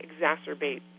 exacerbate